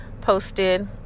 posted